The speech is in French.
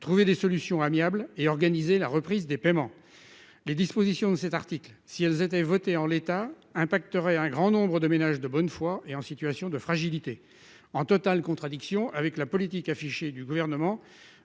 trouver des solutions amiables et organiser la reprise des paiements. Les dispositions de cet article si elles étaient votées en l'état impacterait un grand nombre de ménages de bonne foi et en situation de fragilité en totale contradiction avec la politique affichée du gouvernement